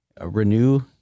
Renew